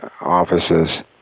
offices